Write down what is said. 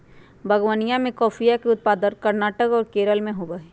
बागवनीया में कॉफीया के उत्पादन कर्नाटक और केरल में होबा हई